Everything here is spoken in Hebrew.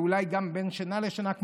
ואולי גם בין שינה לשינה.